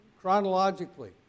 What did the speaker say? chronologically